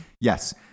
Yes